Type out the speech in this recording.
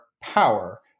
power